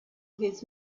his